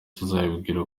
tuzababwira